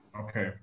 Okay